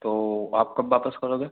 तो आप कब वापस करोगे